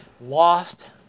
lost